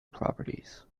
properties